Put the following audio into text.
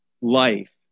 life